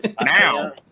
Now